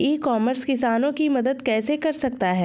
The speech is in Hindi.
ई कॉमर्स किसानों की मदद कैसे कर सकता है?